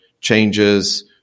changes